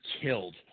killed